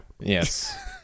Yes